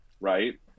right